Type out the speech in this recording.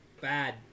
bad